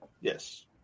Yes